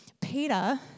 Peter